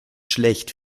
schlecht